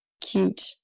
cute